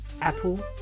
Apple